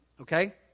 Okay